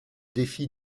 défi